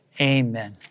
amen